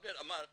אבנר אמר מליזה.